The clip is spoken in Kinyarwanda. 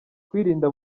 kwirinda